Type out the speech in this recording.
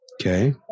Okay